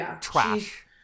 trash